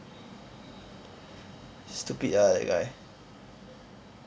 stupid lah that guy